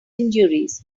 injuries